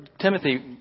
Timothy